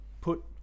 put